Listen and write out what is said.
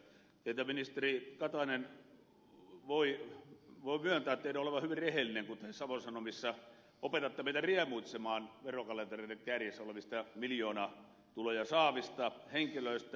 ministeri katainen voin myöntää teidän olevan hyvin rehellinen kun te savon sanomissa opetatte meitä riemuitsemaan verokalentereiden kärjessä olevista miljoonatuloja saavista henkilöistä